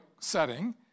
setting